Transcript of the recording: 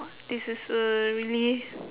this is a really